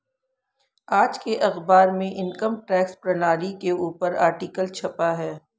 आज के अखबार में इनकम टैक्स प्रणाली के ऊपर आर्टिकल छपा है